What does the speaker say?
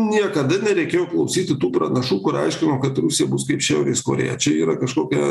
niekada nereikėjo klausyti tų pranašų kur aiškinom kad rusija bus kaip šiaurės korėja čia yra kažkokie